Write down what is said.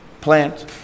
plant